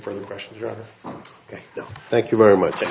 for the question rather than thank you very much